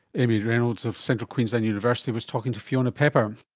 amy reynolds of central queensland university was talking to fiona pepper